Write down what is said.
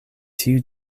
tiu